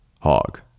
hog